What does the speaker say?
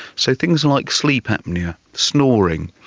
so things and like sleep apnoea, snoring,